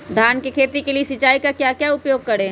धान की खेती के लिए सिंचाई का क्या उपयोग करें?